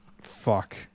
Fuck